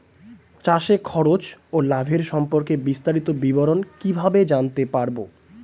চাষে খরচ ও লাভের সম্পর্কে বিস্তারিত বিবরণ কিভাবে জানতে পারব?